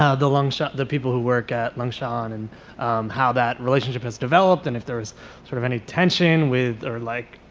ah the lung shan, the people who work at lung shan and how that relationship has developed and if there was sort of any tension with or like,